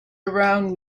around